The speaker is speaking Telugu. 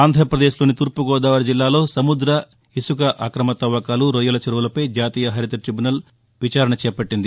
ఆంధ్రప్రదేశ్ లోని తూర్పు గోదావరి జిల్లాలో సముద్ర ఇసుక అక్రమ తవ్వకాలు రొయ్యల చెరువులపై జాతీయ హరిత టైబ్యునల్ బుధవారం విచారణ చేపట్లింది